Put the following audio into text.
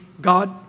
God